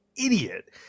idiot